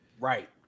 right